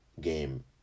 game